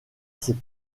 s’est